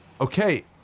Okay